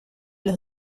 los